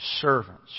servants